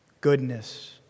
goodness